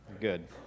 Good